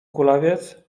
kulawiec